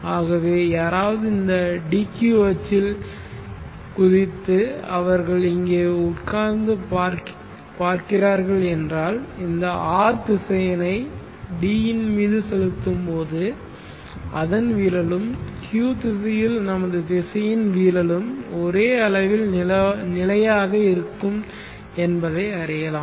ஆகவே யாராவது இந்த d q அச்சில் குதித்து அவர்கள் இங்கே உட்கார்ந்து பார்க்கிறார்கள் என்றால் இந்த R திசையனை d மீது செலுத்தும் போது அதன் வீழலும் q திசையில் நமது திசையின் வீழலும் ஒரே அளவில் நிலையாக இருக்கும் என்பதை அறியலாம்